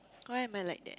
why am I like that